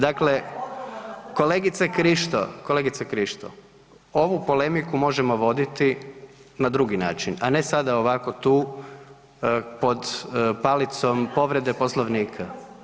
Dakle, kolegice Krišto ovu polemiku možemo voditi na drugi način, a ne sada ovako tu pod palicom povrede Poslovnika.